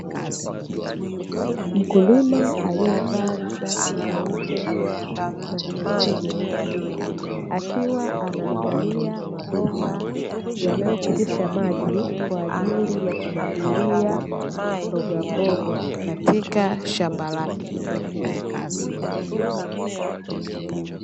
Mkulima alievaa shati jeupe na suruali nyeusi akiwa anaangalia mabomba yanayopitisha maji, kwaajili ya kumwagilia mbogamboga katika shamba lake.